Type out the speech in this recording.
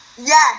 Yes